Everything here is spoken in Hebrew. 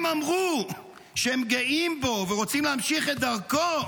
הם אמרו שהם גאים בו ורוצים להמשיך את דרכו